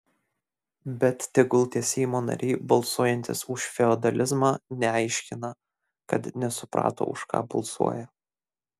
bet tegul tie seimo nariai balsuojantys už feodalizmą neaiškina kad nesuprato už ką balsuoja